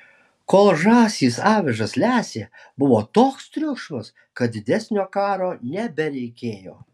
kol žąsys avižas lesė buvo toks triukšmas kad didesnio karo nebereikėjo